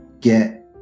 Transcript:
get